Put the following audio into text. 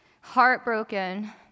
heartbroken